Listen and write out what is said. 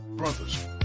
Brothers